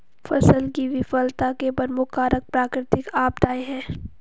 फसल की विफलता के प्रमुख कारक प्राकृतिक आपदाएं हैं